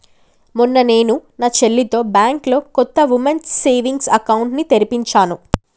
మొన్న నేను నా చెల్లితో బ్యాంకులో కొత్త ఉమెన్స్ సేవింగ్స్ అకౌంట్ ని తెరిపించాను